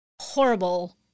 horrible